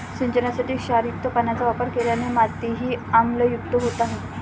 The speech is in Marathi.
सिंचनासाठी क्षारयुक्त पाण्याचा वापर केल्याने मातीही आम्लयुक्त होत आहे